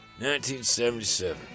1977